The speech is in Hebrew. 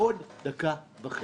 בעוד דקה וחצי,